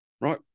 right